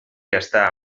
està